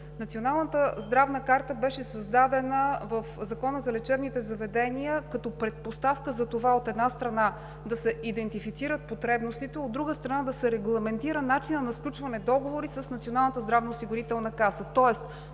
Националната здравна карта беше създадена в Закона за лечебните заведения като предпоставка за това, от една страна, да се идентифицират потребностите, от друга страна, да се регламентира начинът на сключване на договори с Националната здравноосигурителна каса,